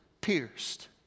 pierced